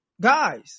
guys